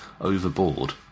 overboard